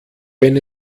wenn